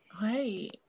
Hey